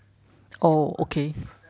oh okay